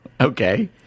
okay